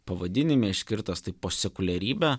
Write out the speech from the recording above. pavadinime išskirtas tai postsekuliarybė